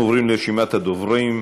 אנחנו עוברים לרשימת הדוברים.